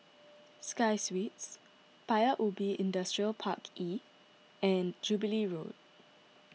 Sky Suites Paya Ubi Industrial Park E and Jubilee Road